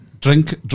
Drink